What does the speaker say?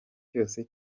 cyose